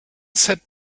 sat